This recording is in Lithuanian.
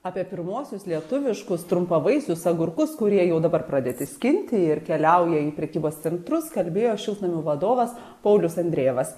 apie pirmuosius lietuviškus trumpavaisius agurkus kurie jau dabar pradėti skinti ir keliauja į prekybos centrus kalbėjo šiltnamių vadovas paulius andrejevas